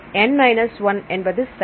N 1 என்பது சரி